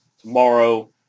tomorrow